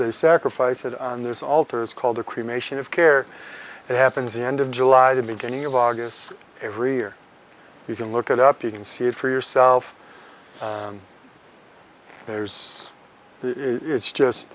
they sacrifice it on this altars called the cremation of care and happens the end of july the beginning of august every year you can look it up you can see it for yourself and there's it's just